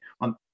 on